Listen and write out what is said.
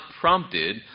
prompted